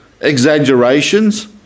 exaggerations